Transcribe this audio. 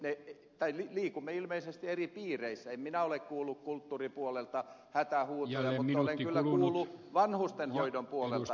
tai liikumme ilmeisesti eri piireissä en minä ole kuullut kulttuuripuolelta hätähuutoja mutta olen kyllä kuullut vanhustenhoidon puolelta hätähuutoja